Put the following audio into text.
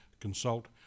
consult